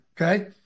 okay